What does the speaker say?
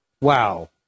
Wow